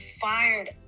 fired